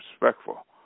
respectful